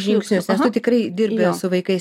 žingsnius nes tu tikrai dirbi su vaikais